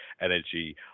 energy